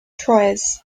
troyes